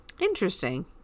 interesting